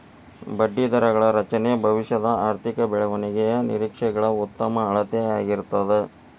ಬಡ್ಡಿದರಗಳ ರಚನೆ ಭವಿಷ್ಯದ ಆರ್ಥಿಕ ಬೆಳವಣಿಗೆಯ ನಿರೇಕ್ಷೆಗಳ ಉತ್ತಮ ಅಳತೆಯಾಗಿರ್ತದ